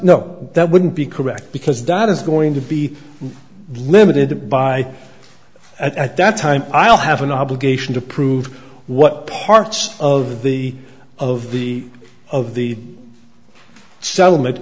no that wouldn't be correct because that is going to be limited by at that time i'll have an obligation to prove what parts of the of the of the settlement